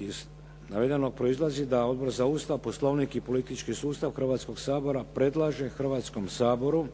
Iz navedenog proizlazi da Odbor za Ustav, Poslovnik i politički sustav Hrvatskoga sabora predlaže Hrvatskom saboru